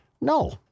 No